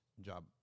job